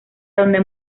donde